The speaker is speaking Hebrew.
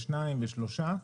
ושניים ושלושה,